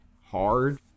hard